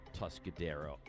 Tuscadero